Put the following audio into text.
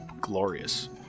glorious